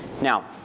Now